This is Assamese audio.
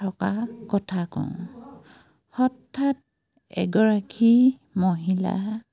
থকা কথা কওঁ হঠাৎ এগৰাকী মহিলা